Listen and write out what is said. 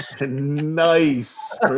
Nice